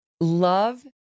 Love